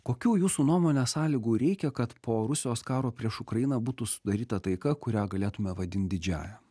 kokių jūsų nuomone sąlygų reikia kad po rusijos karo prieš ukrainą būtų sudaryta taika kurią galėtume vadint didžiąja